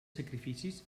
sacrificis